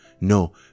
No